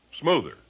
smoother